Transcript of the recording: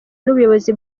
n’ubuyobozi